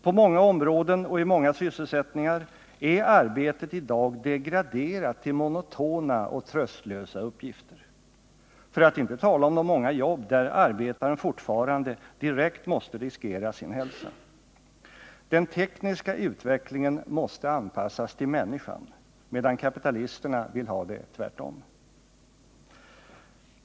På många områden och i många sysselsättningar är arbetet i dag degraderat till monotona och tröstlösa uppgifter, för att inte tala om de många jobb där arbetaren fortfarande direkt måste riskera sin hälsa. Den tekniska utvecklingen måste anpassas till människan, medan kapitalisterna vill ha det tvärtom.